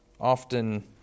often